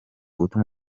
gutuma